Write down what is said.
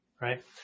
Right